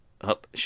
up